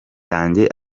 yanjye